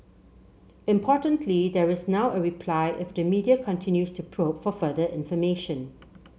importantly there is now a reply if the media continues to probe for further information